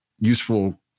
useful